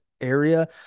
area